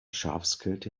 schafskälte